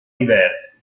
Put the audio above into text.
diversi